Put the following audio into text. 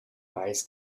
ice